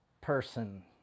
person